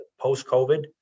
post-COVID